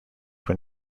when